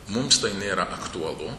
mums tai nėra aktualu